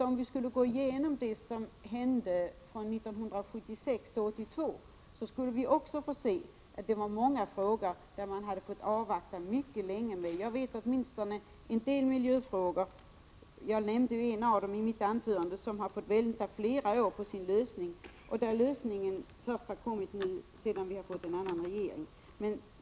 Om vi skulle se på vilka åtgärder som vidtogs under åren 1976-1982 fick vi säkert konstatera att det också bland dem fanns sådana som man hade fått avvakta med mycket länge. Jag vet att så var fallet åtminstone med en del miljöfrågor — jag nämnde en av dem i mitt anförande — som hade fått vänta flera år på sin lösning, i en del fall har lösningen kommit först sedan vi fick en annan regering.